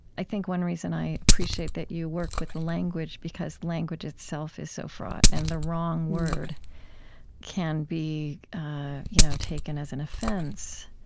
i think one reason i appreciate that you work with the language because language itself is so fraught, and the wrong word can be you know taken as an offense,